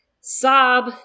sob